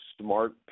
smart